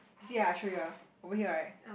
you see ah I show you ah over here right